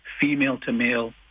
female-to-male